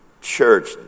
church